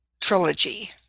trilogy